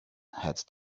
had